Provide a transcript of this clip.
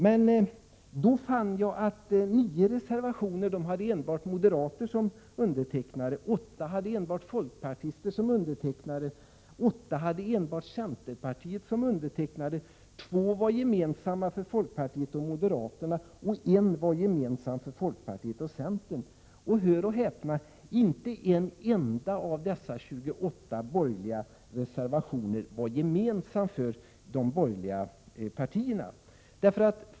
Jag fann då att nio reservationer hade enbart moderater som undertecknare, åtta hade enbart folkpartister som undertecknare, åtta hade enbart centerpartister som undertecknare, två var gemensamma för folkpartiet och moderaterna och en var gemensam för folkpartiet och centern. Hör och häpna: Inte en enda av dessa 28 borgerliga reservationer var gemensam för de borgerliga partierna.